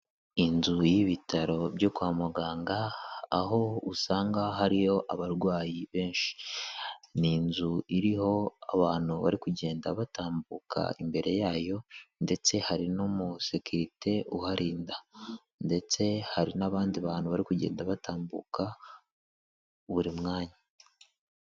Inzu y'ibitaro byo kwa muganga, aho usanga hariyo abarwayi benshi. Ni inzu iriho abantu bari kugenda batambuka imbere yayo ndetse hari n'umusekirite uharinda. Ndetse hari n'abandi bantu bari kugenda batambuka buri mwanya.